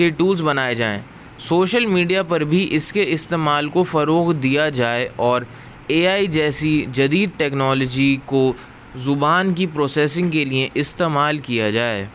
کے ٹولس بنائے جائیں سوشل میڈیا پر بھی اس کے استعمال کو فروغ دیا جائے اور اے آئی جیسی جدید ٹیکنالوجی کو زبان کی پروسیسنگ کے لیے استعمال کیا جائے